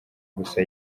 gusa